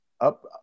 up